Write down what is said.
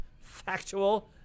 factual